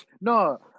no